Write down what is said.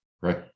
right